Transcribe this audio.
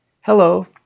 Hello